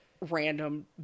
random